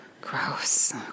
Gross